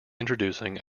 introducing